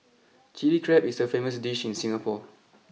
Chilli Crab is a famous dish in Singapore